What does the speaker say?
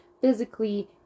physically